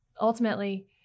ultimately